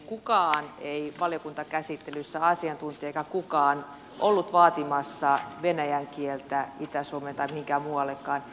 kukaan ei asiantuntija eikä kukaan ei ollut valiokuntakäsittelyssä vaatimassa venäjän kieltä itä suomeen tai mihinkään muuallekaan